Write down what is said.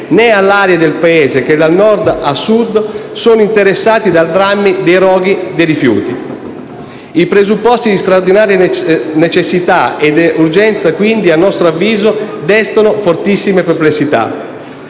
né alle aree del Paese che, da Nord a Sud, sono interessate dal dramma dei roghi di rifiuti. I presupposti di straordinaria necessità ed urgenza, quindi, a nostro avviso, destano fortissime perplessità.